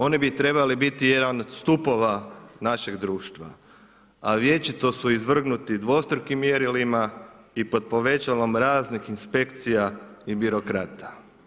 Oni bi trebali biti jedan od stupova našeg društva a vječito su izvrgnuti dvostrukim mjerilima i pod povećalom raznih inspekcija i birokrata.